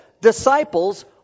disciples